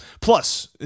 Plus